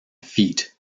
feet